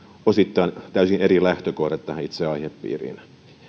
osittain täysin eri lähtökohdat tähän itse aihepiiriin